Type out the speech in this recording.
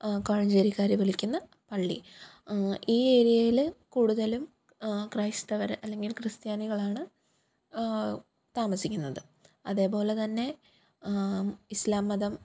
കോഴഞ്ചേരിക്കാർ വിളിക്കുന്ന പള്ളി ഈ ഏരിയയിൽ കൂടുതലും ക്രൈസ്തവർ അല്ലെങ്കിൽ ക്രിസ്ത്യാനികളാണ് താമസിക്കുന്നത് അതേപോലെത്തന്നെ ഇസ്ലാം മതം